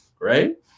right